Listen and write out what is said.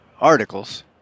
articles